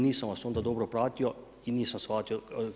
Nisam vas onda dobro pratio i nisam shvatio.